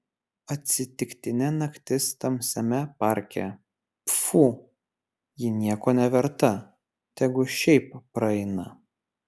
atsitiktinė naktis tamsiame parke pfu ji nieko neverta tegu šiaip praeina